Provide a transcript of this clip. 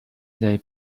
they